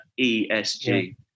ESG